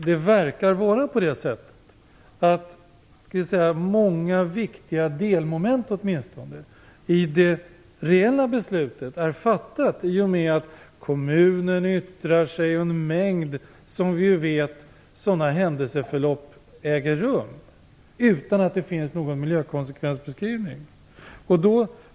Det verkar vara så att åtminstone många viktiga delmoment i det reella beslutet är fastlagda i och med att kommunen yttrar sig och en del andra liknande händelser sker, utan att det finns någon miljökonsekvensbeskrivning.